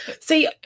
See